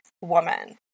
woman